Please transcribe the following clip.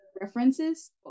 references